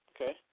Okay